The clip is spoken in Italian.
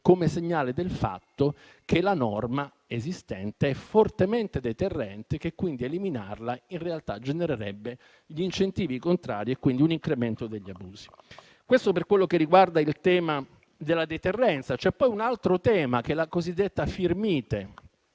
come segnale del fatto che la norma esistente è fortemente deterrente e che eliminarla in realtà genererebbe gli incentivi contrari e quindi un incremento degli abusi. Questo per ciò che riguarda il tema della deterrenza. Ce n'è poi un altro, la cosiddetta "firmite",